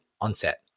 onset